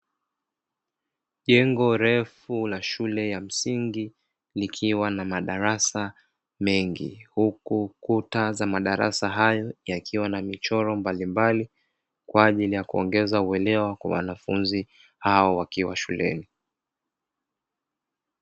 Jengo refu la shule ya msingi, likiwa na madarasa mengi, huku Kuta za madarasa hayo yakiwa na michoro mbalimbali , kwa ajili ya kuongeza uwelewa kwa wanafunzi hao wakiwa shuleni.